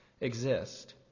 exist